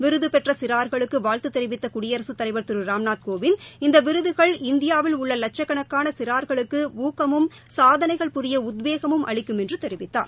விருது பெற்ற சிறார்களுக்கு வாழ்த்து தெரிவித்த குடியரசுத்தலைவர் திரு ராம்நாத் கோவிந்த் இந்த விருதுகள் இந்தயாவில் உள்ள லட்சக்கணக்கான சிறார்களுக்கு ஊக்கமும் சாதனைகள் புரிய உத்வேகமும் அளிக்கும் என்று தெரிவித்தார்